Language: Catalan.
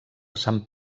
sant